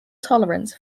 tolerance